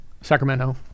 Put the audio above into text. Sacramento